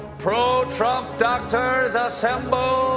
pro-trump doctors, ah assemble!